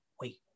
wait